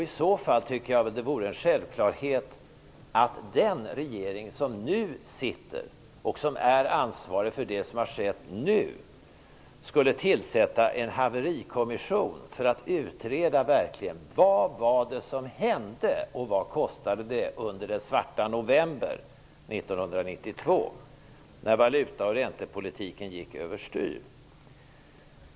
Därför tycker jag att det borde vara en självklarhet för den sittande regeringen, som är ansvarig för det som har skett nu, att tillsätta en haverikommission för att verkligen utreda vad det var som hände och vad det kostade när valuta och räntepolitiken gick över styr under svarta november 1992.